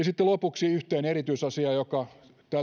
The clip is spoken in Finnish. sitten lopuksi yhteen erityisasiaan joka